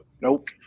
nope